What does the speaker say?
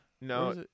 No